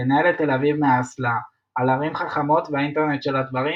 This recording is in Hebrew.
לנהל את ת"א מהאסלה - על ערים חכמות והאינטרנט של הדברים,